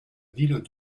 vile